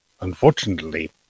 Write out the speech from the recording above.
unfortunately